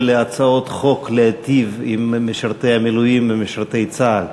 להצעות חוק הבאות להיטיב עם משרתי המילואים ומשרתי צה"ל.